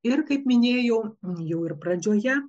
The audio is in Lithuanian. ir kaip minėjau jau ir pradžioje